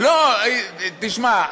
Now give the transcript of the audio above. תשמע,